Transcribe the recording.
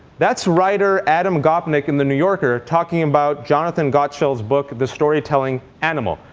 that's writer adam gopnik in the new yorker talking about jonathan gottschall's book the storytelling animal,